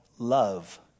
Love